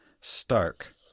stark